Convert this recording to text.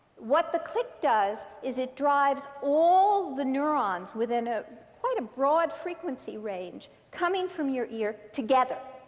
what the click does is it drives all the neurons within ah quite a broad frequency range coming from your ear together.